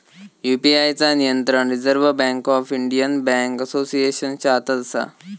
UPI चा नियंत्रण reserve bank आणि इंडियन बॅन्क असोसिएशनच्या हातात असा